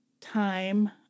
time